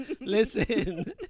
listen